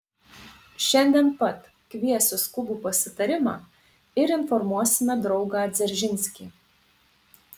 šiandien pat kviesiu skubų pasitarimą ir informuosime draugą dzeržinskį